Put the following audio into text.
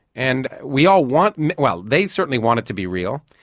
and we all want well, they certainly want it to be real.